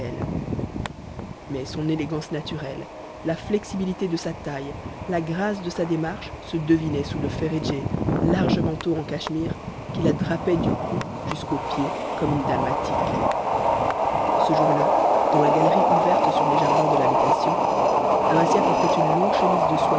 mais son élégance naturelle la flexibilité de sa taille la grâce de sa démarche se devinaient sous le féredjé large manteau en cachemire qui la drapait du cou jusqu'aux pieds comme une dalmatique ce jour-là dans la galerie ouverte sur les jardins de l'habitation amasia portait une longue chemise de